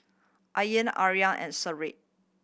Ain Aryan and Seri